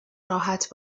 راحت